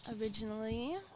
originally